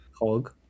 Hog